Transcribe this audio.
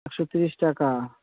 একশো তিরিশ টাকা